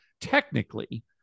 technically